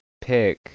pick